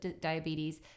diabetes